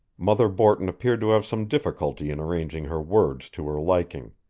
mother borton appeared to have some difficulty in arranging her words to her liking.